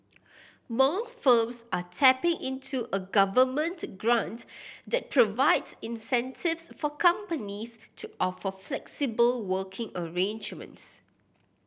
more firms are tapping into a Government grant that provides incentives for companies to offer flexible working arrangements